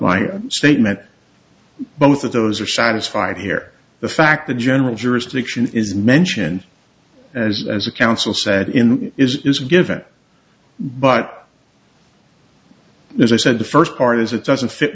my statement both of those are satisfied here the fact that general jurisdiction is mentioned as as a council said in is given but as i said the first part is it doesn't fit